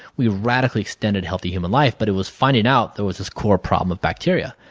we radically extended healthy human life, but it was finding out there was this core problem of bacteria.